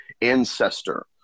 ancestor